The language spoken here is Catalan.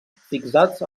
fixats